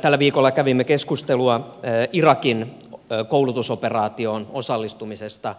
tällä viikolla kävimme keskustelua irakin koulutusoperaatioon osallistumisesta